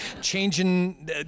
changing